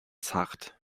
zart